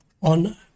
on